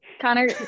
connor